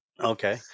Okay